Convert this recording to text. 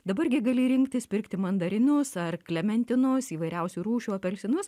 dabar gi gali rinktis pirkti mandarinus ar klementinus įvairiausių rūšių apelsinus